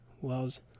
Wells